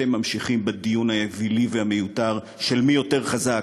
ואתם ממשיכים בדיון האווילי והמיותר של מי יותר חזק,